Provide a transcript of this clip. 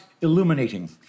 illuminating